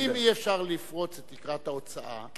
אם אי-אפשר לפרוץ את תקרת ההוצאה,